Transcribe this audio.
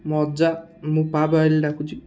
ମୋ ଅଜା ମୁଁ ପାପା ବୋଲି ଡାକୁଛି